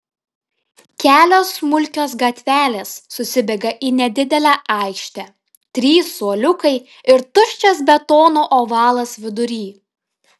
kelios smulkios gatvelės susibėga į nedidelę aikštę trys suoliukai ir tuščias betono ovalas vidury